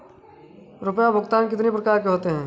रुपया भुगतान कितनी प्रकार के होते हैं?